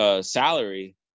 salary